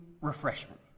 refreshment